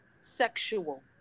sexual